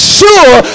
sure